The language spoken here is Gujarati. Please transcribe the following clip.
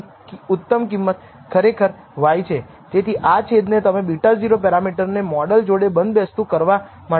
તેથી આ છેદ ને તમે β0 પેરામીટર ને મોડલ જોડે બંધબેસતું કરવા માટે લઈ શકો